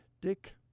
Dick